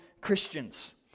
Christians